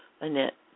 Annette